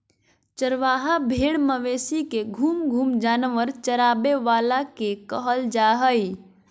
चरवाहा भेड़ मवेशी के घूम घूम जानवर चराबे वाला के कहल जा हइ